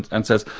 and says,